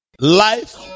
life